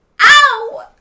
Ow